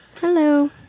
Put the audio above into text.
Hello